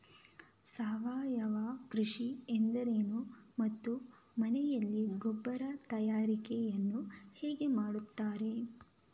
ಸಾವಯವ ಕೃಷಿ ಎಂದರೇನು ಮತ್ತು ಮನೆಯಲ್ಲಿ ಗೊಬ್ಬರ ತಯಾರಿಕೆ ಯನ್ನು ಹೇಗೆ ಮಾಡುತ್ತಾರೆ?